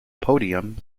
podium